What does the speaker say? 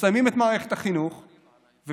מסיימים את מערכת החינוך ופתאום,